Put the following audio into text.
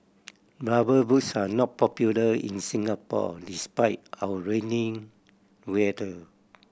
Rubber Boots are not popular in Singapore despite our rainy weather